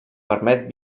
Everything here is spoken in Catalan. permet